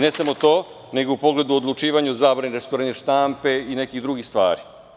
Ne samo to, nego u pogledu odlučivanja o zabrani rasturanja štampe i nekih drugih stvari.